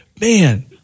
man